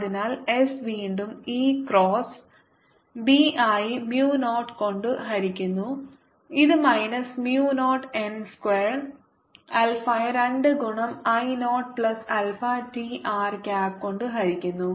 അതിനാൽ എസ് വീണ്ടും E cross B ആയി മു നട്ട് കൊണ്ട് ഹരിക്കുന്നു ഇത് minus mu naught n square ആൽഫയെ 2 ഗുണം I naught plus alpha T R cap കൊണ്ട് ഹരിക്കുന്നു